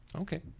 Okay